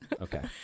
Okay